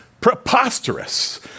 preposterous